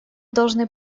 должны